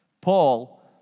Paul